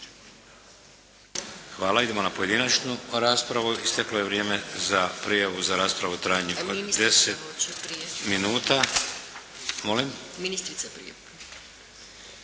Hvala. Idemo na pojedinačnu raspravu. Isteklo je vrijeme za prijavu za raspravu u trajanju od 10 minuta.